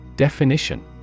Definition